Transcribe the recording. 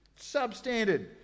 substandard